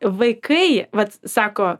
vaikai vat sako